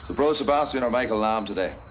brother sebastian or michael lamb today?